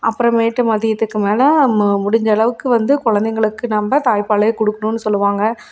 அப்புறமேட்டு மதியத்துக்கு மேலே மொ முடிஞ்சளவுக்கு வந்து குழந்தைங்களுக்கு நம்ம தாய்ப்பாலே கொடுக்கணுன்னு சொல்லுவாங்க